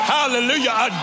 Hallelujah